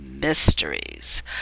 mysteries